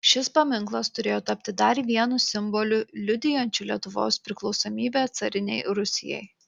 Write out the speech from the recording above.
šis paminklas turėjo tapti dar vienu simboliu liudijančiu lietuvos priklausomybę carinei rusijai